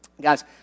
Guys